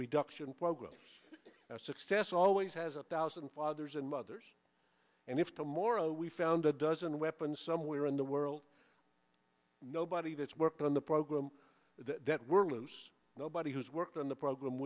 reduction program success always has a thousand fathers and mothers and if to morrow we found a dozen weapons somewhere in the world nobody that's worked on the program that were loose nobody who's worked on the program